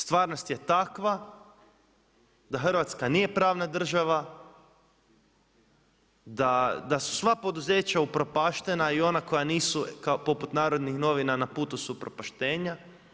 Stvarnost je takva da Hrvatska nije pravna država, da su sva poduzeća upropaštena i ona koja nisu poput Narodnih novina na putu su upropaštenja.